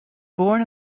born